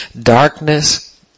darkness